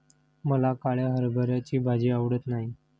मला काळ्या हरभऱ्याची भाजी आवडत नाही